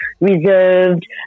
reserved